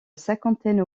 cinquantaine